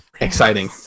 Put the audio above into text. exciting